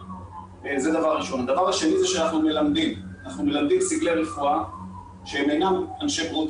הדבר השני הוא שאנחנו מלמדים סגלי רפואה שהם אינם אנשי בריאות